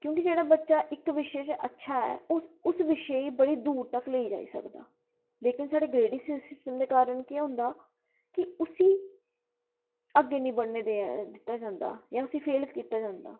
क्योंकि जेह्ड़ा बच्चा इक्क विशे च अच्छा ऐ ते उस विशे ई बड़ी दूर तक्क लेई जाई सकदा ऐ लेकिन जेह्ड़ा ग्रेडिंग सिस्टम दे कारण केह् होंदा केह् उसी अग्गें निं बधनै दित्ता जंदा उसी फेल कीता जंदा